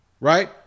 Right